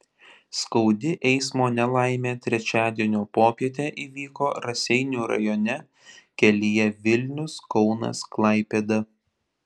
skaudi eismo nelaimė trečiadienio popietę įvyko raseinių rajone kelyje vilnius kaunas klaipėda